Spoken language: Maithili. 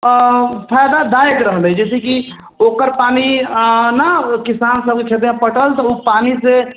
मतलब फायदादायक रहलै जैसेकि ओकर पानि ने किसान सभके खेतमे पटल तऽ ओ पानीसँ